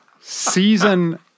Season